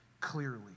Clearly